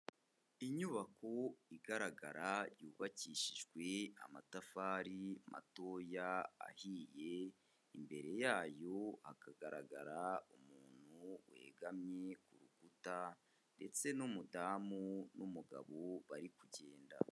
Inyubako igaragara yubakishijwe amatafari matoya ahiye, imbere yayo hakagaragara umuntu wegamye ku rukuta ndetse n'umudamu n'umugabo bari kugenda.